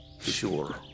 Sure